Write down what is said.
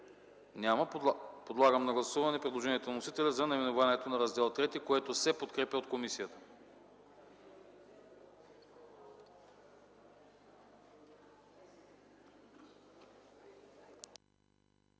Няма. Подлагам на гласуване предложението на вносителя за наименованието на Раздел ІІІ, което се подкрепя от комисията.